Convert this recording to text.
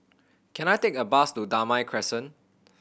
can I take a bus to Damai Crescent